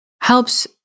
helps